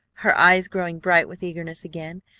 her eyes growing bright with eagerness again.